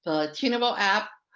tunable app,